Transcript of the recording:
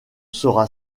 sera